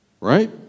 Right